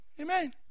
Amen